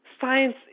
science